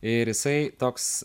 ir jisai toks